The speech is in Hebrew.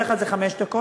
בדרך כלל זה חמש דקות.